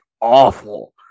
Awful